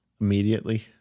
immediately